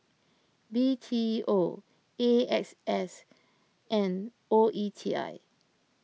B T O A X S and O E T I